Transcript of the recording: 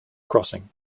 crossing